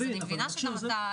אז אני מבינה שגם אתה.